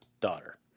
daughter